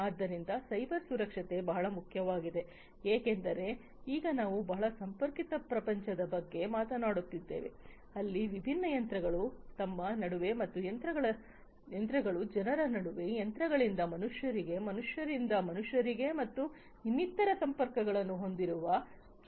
ಆದ್ದರಿಂದ ಸೈಬರ್ ಸುರಕ್ಷತೆ ಬಹಳ ಮುಖ್ಯವಾಗಿದೆ ಏಕೆಂದರೆ ಈಗ ನಾವು ಬಹಳ ಸಂಪರ್ಕಿತ ಪ್ರಪಂಚದ ಬಗ್ಗೆ ಮಾತನಾಡುತ್ತಿದ್ದೇವೆ ಅಲ್ಲಿ ವಿಭಿನ್ನ ಯಂತ್ರಗಳು ತಮ್ಮ ನಡುವೆ ಮತ್ತು ಯಂತ್ರಗಳು ಜನರ ನಡುವೆ ಯಂತ್ರಗಳಿಂದ ಮನುಷ್ಯರಿಗೆ ಮನುಷ್ಯರಿಂದ ಮನುಷ್ಯರಿಗೆ ಮತ್ತು ಇನ್ನಿತರ ಸಂಪರ್ಕಗಳನ್ನು ಹೊಂದಿರುವ ಜಗತ್ತು